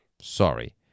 Sorry